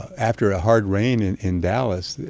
after a hard rain in in dallas,